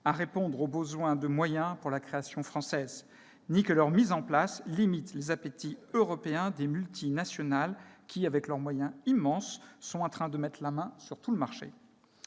à répondre aux besoins de moyens pour la création française, ni que leur mise en place limite les appétits européens des multinationales qui, avec leurs moyens immenses, sont en train de mettre la main sur tout le marché.